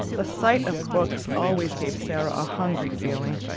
the sight of books always gave sara a hungry feeling,